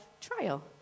trial